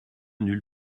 nulle